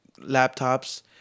laptops